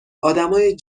ادمای